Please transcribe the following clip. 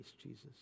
Jesus